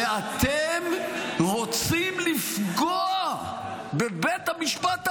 ואתם רוצים לפגוע בבית המשפט העליון?